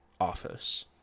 office